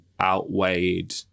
outweighed